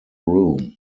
room